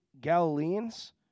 Galileans